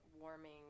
warming